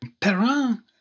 Perrin